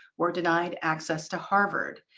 were denied access to harvard.